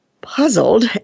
Puzzled